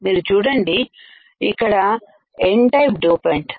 మీరు చూడండి ఇక్కడ N టైపు డోపెంటు